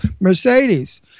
Mercedes